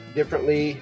differently